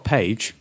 Page